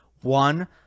One